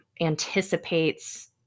anticipates